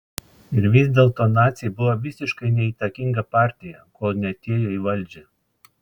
ir vis dėlto naciai buvo visiškai neįtakinga partija kol neatėjo į valdžią